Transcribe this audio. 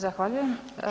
Zahvaljujem.